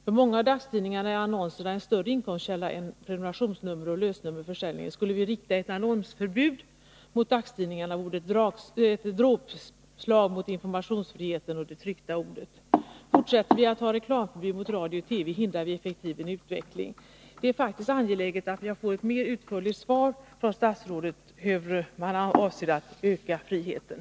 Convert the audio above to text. För många av dagstidningarna är annonserna en större inkomstkälla än prenumerationer och lösnummerförsäljning. Skulle vi rikta ett annonsförbud mot dagstidningarna, vore det ett dråpslag mot informationsfriheten och det tryckta ordet. Fortsätter vi att ha reklamförbud för radio och TV hindrar vi effektivt en utveckling som den nya tekniken möjliggör. Det är angeläget att jag får ett mer utförligt svar av statsrådet på frågan om hur man i det här avseendet avser att öka friheten.